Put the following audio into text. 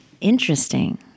interesting